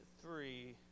three